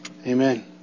Amen